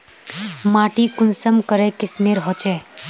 माटी कुंसम करे किस्मेर होचए?